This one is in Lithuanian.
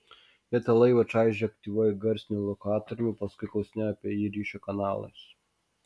jie tą laivą čaižė aktyviuoju garsiniu lokatoriumi paskui klausinėjo apie jį ryšio kanalais